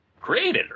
created